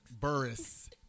Burris